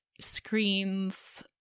screens